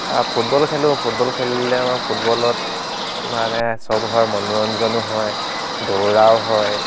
আৰু ফুটবল খেলোঁ ফুটবল খেলিলেও ফুটবলত মানে চব হয় মনোৰঞ্জনো হয় দৌৰাও হয়